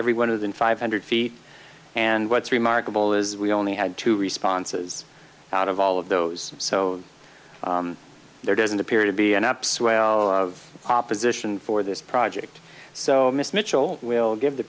every one of than five hundred feet and what's remarkable is we only had two responses out of all of those so there doesn't appear to be an upswell of opposition for this project so mr mitchell will give the